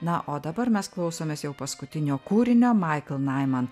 na o dabar mes klausomės jau paskutinio kūrinio maikl naiman